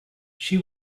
she